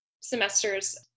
semesters